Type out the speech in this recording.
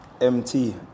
MT